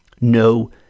no